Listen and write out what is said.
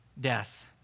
death